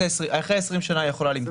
אחרי 20 שנה היא יכולה למכור.